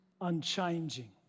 unchanging